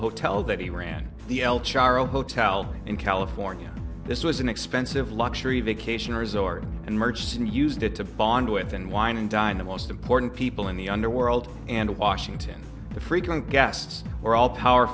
hotel that he ran the el charro hotel in california this was an expensive luxury vacation resort and murchison used it to bond with and wine and dine the most important people in the underworld and washington the frequent guests were all power